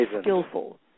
skillful